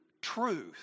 truth